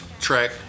track